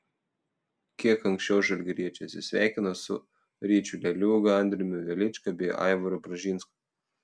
kiek anksčiau žalgiriečiai atsisveikino su ryčiu leliūga andriumi velička bei aivaru bražinsku